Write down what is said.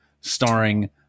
starring